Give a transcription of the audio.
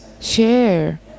share